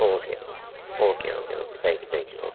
okay okay okay okay thank you thank you okay